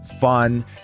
fun